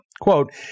Quote